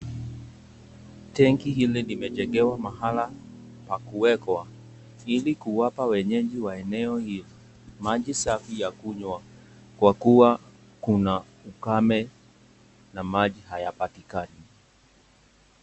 Tenki hili limejengewa mahala pa kuwekwa ili kuwapa wenyeji wa eneo hili maji safi ya kunywa kwa kuwa kuna ukame na maji hayapatikani.